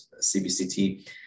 CBCT